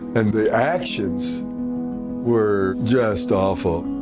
and the actions were just awful.